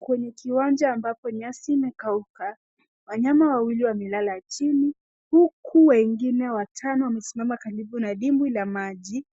Kwenye kiwanja ambayo nyasi imekauka, wanyama wawili wamelala chini huku wengine watano wamesimama karibu na dimbwi la maji